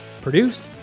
Produced